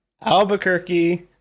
Albuquerque